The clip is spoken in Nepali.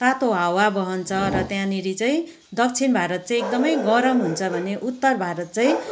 तातो हावा बहन्छ र त्यहाँनिर चाहिँ दक्षिण भारत चाहिँ एकदमै गरम हुन्छ भने उत्तर भारत चाहिँ